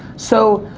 so